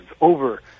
over